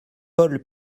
paul